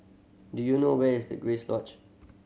do you know where is the Grace Lodge